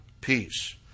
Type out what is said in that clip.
peace